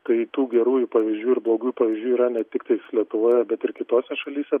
kai tų gerųjų pavyzdžių ir blogų pavyzdžių yra ne tiktai lietuvoje bet ir kitose šalyse